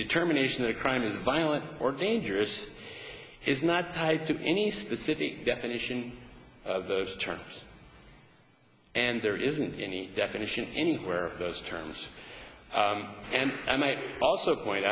determination that a crime is violent or dangerous is not tied to any specific definition of those terms and there isn't any definition anywhere of those terms and i might also point